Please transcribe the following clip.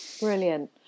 brilliant